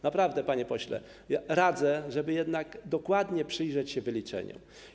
Naprawdę, panie pośle, radzę, żeby jednak dokładnie przyjrzał się pan wyliczeniom.